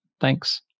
Thanks